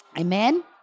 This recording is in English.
Amen